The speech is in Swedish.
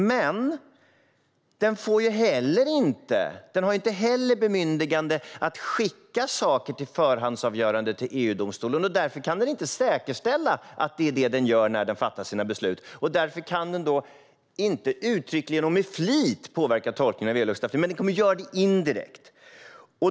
Men den får heller inte bemyndigande att skicka saker till EU-domstolen för förhandsavgörande, och därför kan den inte säkerställa att det är detta den gör när den fattar sina beslut. Därför kan den heller inte uttryckligen eller med flit påverka tolkningen av EU-lagstiftningen, men den kommer att göra detta indirekt.